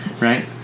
Right